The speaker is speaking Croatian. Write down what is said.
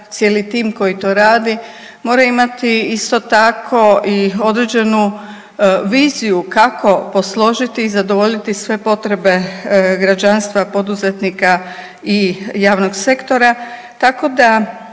cijeli tim koji to radi mora imati isto tako i određenu viziju kako posložiti i zadovoljiti sve potrebe građanstva, poduzetnika i javnog sektora,